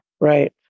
right